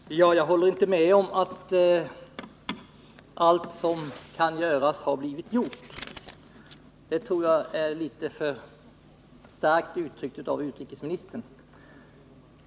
Herr talman! Jag håller inte med om att allt som kan göras har blivit gjort. Det tror jag är litet för starkt uttryckt av utrikesministern.